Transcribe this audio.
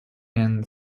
and